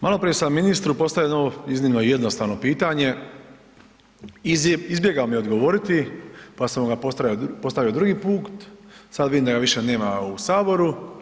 Maloprije sam ministru postavio jedno iznimno jednostavno pitanje, izbjegao mi je odgovoriti pa sam ga postavio drugi put, sad vidim da ga više nema u Saboru.